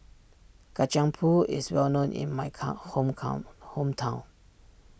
Kacang Pool is well known in my calm home calm hometown